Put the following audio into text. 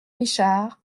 richard